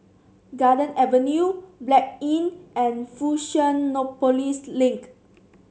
Garden Avenue Blanc Inn and Fusionopolis Link